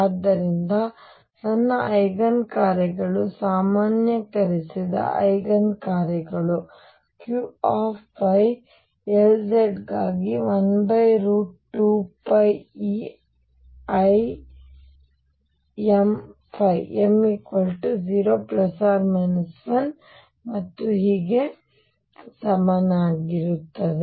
ಆದ್ದರಿಂದ ನನ್ನ ಐಗನ್ ಕಾರ್ಯಗಳು ಸಾಮಾನ್ಯೀಕರಿಸಿದ ಐಗನ್ ಕಾರ್ಯಗಳು Q ϕ Lz ಗಾಗಿ 12πeimϕ m 0 1 ಮತ್ತು ಹೀಗೆ ಸಮನಾಗಿರುತ್ತದೆ